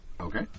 Okay